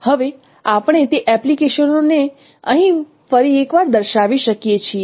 હવે આપણે તે એપ્લિકેશનો ને અહીં ફરી એકવાર દર્શાવી શકીએ છીએ